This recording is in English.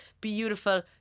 beautiful